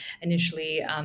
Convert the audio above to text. initially